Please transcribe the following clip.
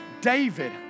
David